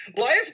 Life